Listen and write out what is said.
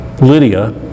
Lydia